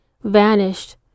vanished